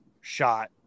shot